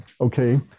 Okay